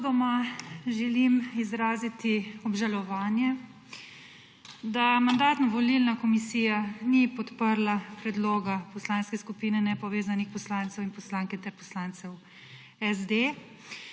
Uvodoma želim izraziti obžalovanje, da Mandatno-volilna komisija ni podprla predloga Poslanske skupine nepovezanih poslancev in poslanke ter poslancev SD,